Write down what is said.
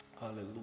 Hallelujah